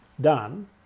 done